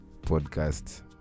podcast